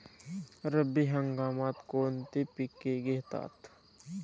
रब्बी हंगामात कोणती पिके घेतात?